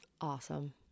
Awesome